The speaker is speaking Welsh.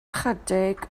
ychydig